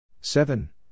Seven